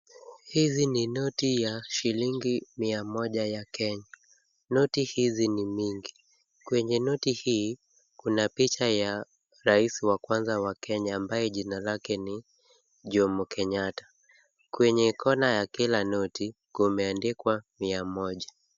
Hizi ni noti ya shillingi mia moja ya Kenya. Noti hizi ni mingi, kwenye noti hii kuna picha ya rais wa kwanza wa Kenya ambaye jina lake ni Jomo Kenyatta. Kwenye kona ya kila noti kumeandikwa mia moja.